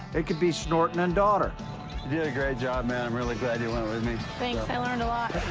it could be snortn and daughter. you did a great job, man. i'm really glad you went with me. thanks. i learned